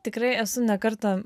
tikrai esu ne kartą